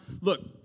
look